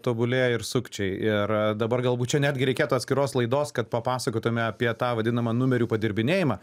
tobulėja ir sukčiai ir dabar galbūt čia netgi reikėtų atskiros laidos kad papasakotume apie tą vadinamą numerių padirbinėjimą